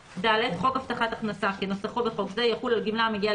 (ד)חוק הבטחת הכנסה כנוסחו בחוק זה יחול על גמלה המגיעה